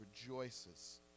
rejoices